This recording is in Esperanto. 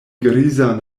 grizan